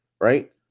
right